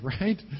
right